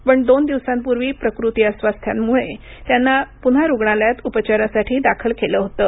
पण दोन दिवसांपूर्वी प्रकृती अस्वास्थ्यामुळे त्यांना पुन्हा रुग्णालयात उपचारासाठी दाखल केलं होतं